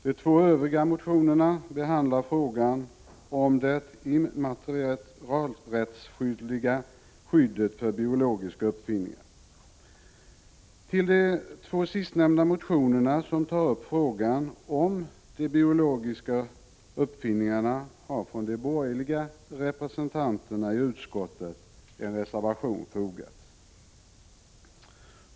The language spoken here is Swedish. De två övriga motionerna behandlar frågan om det immaterialrättsliga skyddet för biologiska uppfinningar. De två sistnämnda motionerna, som tar upp frågan om de biologiska uppfinningarna, har av de borgerliga representanterna i utskottet fullföljts med en reservation.